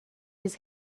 his